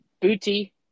Booty